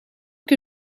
que